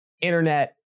internet